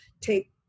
take –